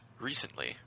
recently